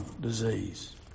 disease